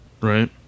Right